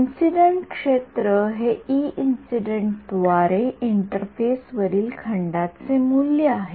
incident क्षेत्र हे ई इंसिडेन्टद्वारे इंटरफेस वरील खंडाचे मूल्य आहे